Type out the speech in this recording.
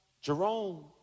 Jerome